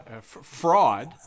fraud